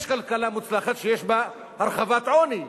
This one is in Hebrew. יש כלכלה מוצלחת שיש בה הרחבת העוני,